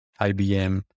IBM